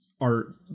art